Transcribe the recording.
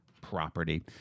property